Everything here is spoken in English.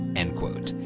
end quote.